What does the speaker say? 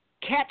Catch